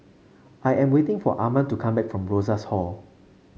I am waiting for Arman to come back from Rosas Hall